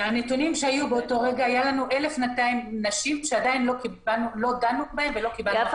הנתונים שהיו: 1,200 נשים שעדיין לא דנו בהן ולא קיבלנו החלטות.